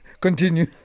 Continue